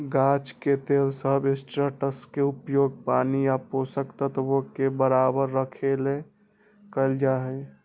गाछ के लेल सबस्ट्रेट्सके उपयोग पानी आ पोषक तत्वोंके बरकरार रखेके लेल कएल जाइ छइ